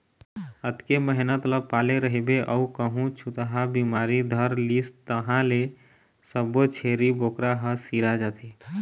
अतेक मेहनत ल पाले रहिबे अउ कहूँ छूतहा बिमारी धर लिस तहाँ ले सब्बो छेरी बोकरा ह सिरा जाथे